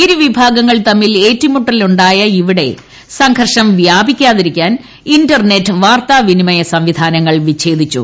ഇരുകവ്വിഭാഗങ്ങൾ തമ്മിൽ ഏറ്റുമുട്ടലുണ്ടായ ഇവിടെ സംഘർഷ്ട് വ്യാപിക്കാതിരിക്കാൻ ഇന്റർനെറ്റ് വാർത്താവിനിമയ സംവിധാനങ്ങൾ വിഛേദിച്ചു